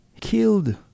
killed